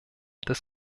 des